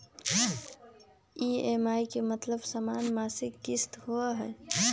EMI के मतलब समान मासिक किस्त होहई?